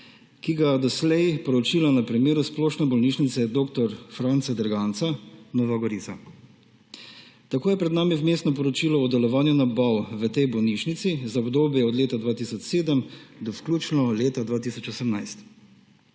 ki ga je doslej proučila na primeru Splošne bolnišnice dr. Franca Derganca Nova Gorica. Tako je pred nami vmesno poročilo o delovanju nabav v tej bolnišnici za obdobje od leta 2007 do vključno leta 2018.